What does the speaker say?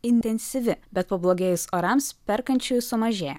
intensyvi bet pablogėjus orams perkančiųjų sumažėjo